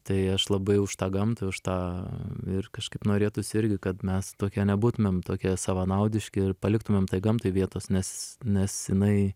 tai aš labai už tą gamtą kažkaip norėtųsi irgi kad mes tokie nebūtumėm tokie savanaudiški ir paliktumėm gamtai vietos nes nes jinai